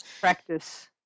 Practice